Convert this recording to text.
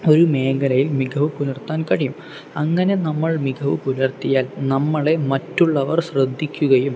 ഒരു മേഖലയിൽ മികവ് പുലർത്താൻ കഴിയും അങ്ങനെ നമ്മൾ മികവ് പുലർത്തിയാൽ നമ്മളെ മറ്റുള്ളവർ ശ്രദ്ധിക്കുകയും